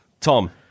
Tom